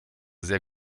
sehr